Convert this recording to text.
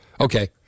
Okay